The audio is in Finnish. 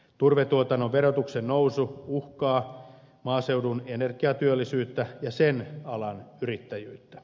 turvetuotannon verotuksen nousu uhkaa maaseudun energiatyöllisyyttä ja sen alan yrittäjyyttä